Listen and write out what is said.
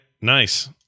Nice